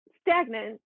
stagnant